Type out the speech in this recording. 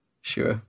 Sure